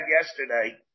yesterday